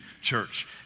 church